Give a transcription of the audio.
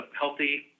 healthy